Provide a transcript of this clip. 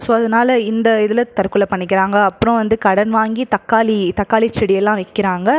so அதனால இந்த இதில் தற்கொலை பண்ணிக்கிறாங்க அப்புறம் வந்து கடன் வாங்கி தக்காளி தக்காளி செடியெல்லாம் வைக்கிறாங்க